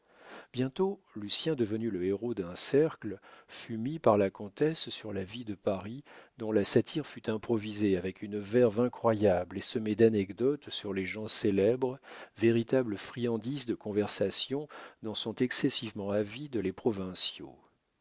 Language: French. bientôt lucien devenu le héros d'un cercle fut mis par la comtesse sur la vie de paris dont la satire fut improvisée avec une verve incroyable et semée d'anecdotes sur les gens célèbres véritables friandises de conversation dont sont excessivement avides les provinciaux